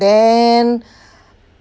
then